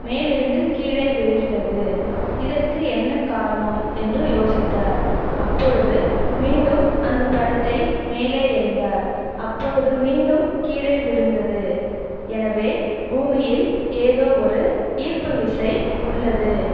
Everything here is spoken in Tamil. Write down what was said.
மேலிருந்து கீழே விழுகிறது இதற்கு என்ன காரணம் என்று யோசித்தார் அப்பொழுது மீண்டும் அந்த பழத்தை மேலே எறிந்தார் அப்பொழுது மீண்டும் கீழே விழுந்தது எனவே பூமியில் ஏதோ ஒரு ஈர்ப்புவிசை உள்ளது